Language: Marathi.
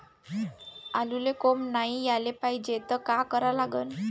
आलूले कोंब नाई याले पायजे त का करा लागन?